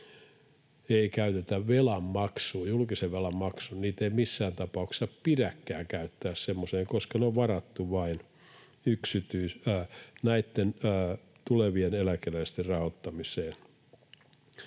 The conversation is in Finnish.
julkisen velan maksuun — niitä ei missään tapauksessa pidäkään käyttää semmoiseen, koska ne on varattu vain näitten tulevien eläkeläisten rahoittamiseen